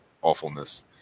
awfulness